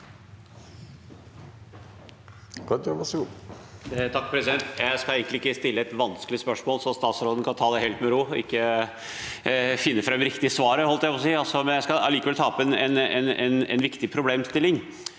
egentlig ikke stille et vanskelig spørsmål, så statsråden kan ta det helt med ro med å finne fram riktig svar, holdt jeg på å si. Jeg skal likevel ta opp en viktig problemstilling